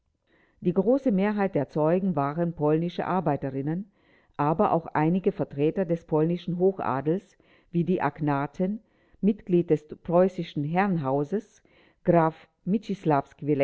die große mehrheit der zeugen waren polnische arbeiterinnen aber auch einige vertreter des polnischen hochadels wie die agnaten mitglied des preußischen herrenhauses graf